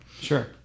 sure